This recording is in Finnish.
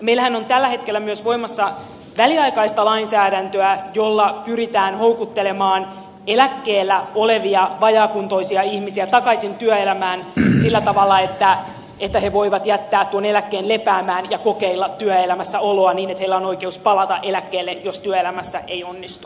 meillähän on tällä hetkellä myös voimassa väliaikaista lainsäädäntöä jolla pyritään houkuttelemaan eläkkeellä olevia vajaakuntoisia ihmisiä takaisin työelämään sillä tavalla että he voivat jättää tuon eläkkeen lepäämään ja kokeilla työelämässä oloa niin että heillä on oikeus palata eläkkeelle jos työelämässä ei onnistu